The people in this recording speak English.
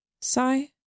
Sigh